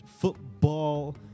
football